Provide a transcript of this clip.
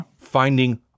finding